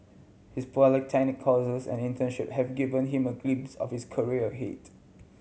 his polytechnic courses and internship have given him a glimpse of his career ahead